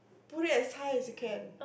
pull it as high as you can